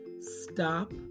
Stop